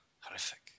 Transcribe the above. Horrific